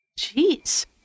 Jeez